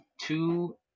two